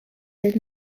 did